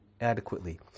adequately